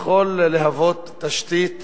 יכול להוות תשתית